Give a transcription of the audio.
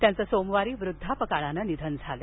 त्यांचं सोमवारी वृद्धापकाळानं निधन झालं